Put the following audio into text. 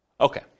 Okay